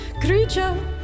Creature